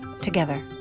together